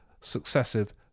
successive